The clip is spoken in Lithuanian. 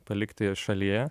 palikti šalyje